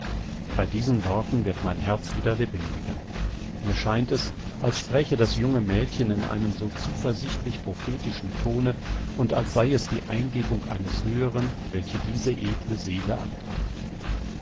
bei diesen worten wird mein herz wieder lebendiger mir scheint es als spräche das junge mädchen in einem so zuversichtlich prophetischen tone und als sei es die eingebung eines höheren welche diese edle seele antreibt